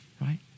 right